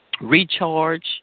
recharge